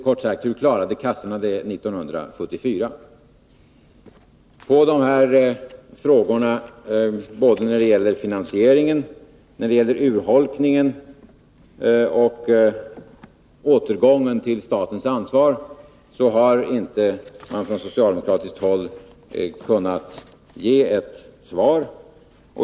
Kort sagt: Hur klarade kassorna detta 1974? På de här frågorna, både när det gäller finansieringen och när det gäller urholkningen och återgången till statens ansvar, har man inte från socialdemokratiskt håll kunnat ge något svar.